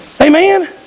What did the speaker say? Amen